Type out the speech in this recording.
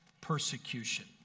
persecution